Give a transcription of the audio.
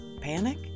panic